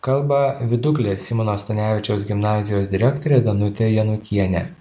kalba viduklės simono stanevičiaus gimnazijos direktorė danutė janukienė